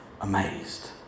amazed